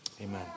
Amen